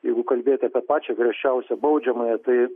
jeigu kalbėti apie pačią griežčiausią baudžiamąją tai